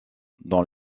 dans